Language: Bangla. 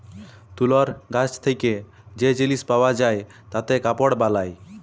তুলর গাছ থেক্যে যে জিলিস পাওয়া যায় তাতে কাপড় বালায়